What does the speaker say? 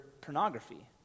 pornography